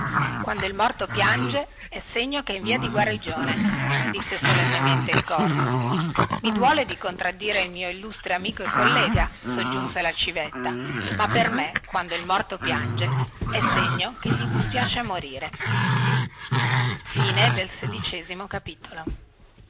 quando il morto piange è segno che è in via di guarigione disse solennemente il orvo i duole di contraddire il mio illustre amico e collega soggiunse la civetta ma per me quando il morto piange è segno che gli dispiace a morire